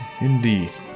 Indeed